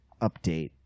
update